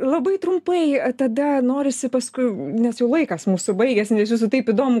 labai trumpai tada norisi paskui nes jau laikas mūsų baigiasi nes jūsų taip įdomu